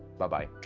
buh-bye.